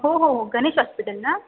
हो हो गणेश हॉस्पिटल ना